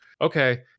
okay